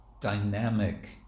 dynamic